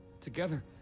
together